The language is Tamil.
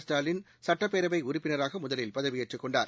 ஸ்டாலின் சுட்டப்பேரவை உறுப்பினராக முதலில்பதவியேற்றுக் கொண்டார்